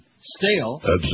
Stale